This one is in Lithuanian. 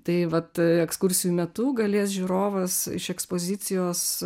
tai vat ekskursijų metu galės žiūrovas iš ekspozicijos